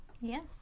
Yes